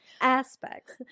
Aspects